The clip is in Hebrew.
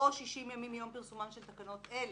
או 60 ימים מיום פרסומן של תקנות אלה.